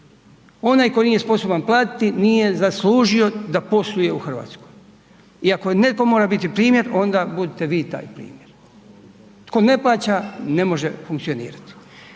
Onaj koji nije sposoban platiti, nije zaslužio da posluje u Hrvatskoj. I ako netko mora biti primjer, onda budite vi taj primjer. Tko ne plaća, ne može funkcionirati.